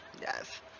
Yes